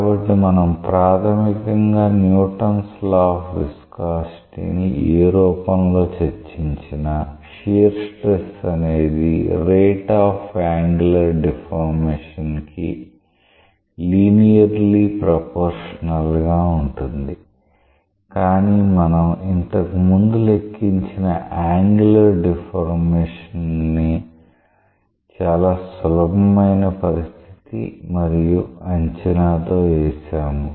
కాబట్టి మనం ప్రాథమికంగా న్యూటన్స్ లా ఆఫ్ విస్కాసిటీ ని Newton's law of viscosity ఏ రూపంలో చర్చించినా షియర్ స్ట్రెస్ అనేది రేట్ ఆఫ్ యాంగులర్ డిఫార్మేషన్ కి లీనియర్లీ ప్రొపోర్షనల్ గా ఉంటుంది కానీ మనం ఇంతకుముందు లెక్కించిన యాంగులర్ డిఫార్మేషన్ ని చాలా సులభమైన పరిస్థితి మరియు అంచనా తో చేశాము